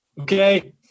Okay